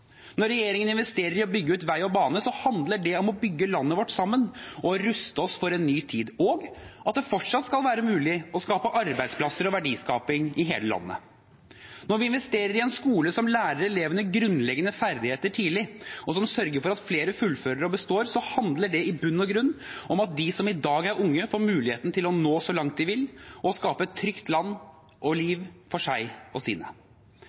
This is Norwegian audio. Når regjeringen investerer i å bygge ut vei og bane, handler det om å bygge landet vårt sammen og ruste oss for en ny tid og om at det fortsatt skal være mulig å skape arbeidsplasser og verdier i hele landet. Når vi investerer i en skole som lærer elevene grunnleggende ferdigheter tidlig, og som sørger for at flere fullfører og består, handler det i bunn og grunn om at de som i dag er unge, får muligheten til å nå så langt de vil, og skape et trygt land – og liv – for seg og sine.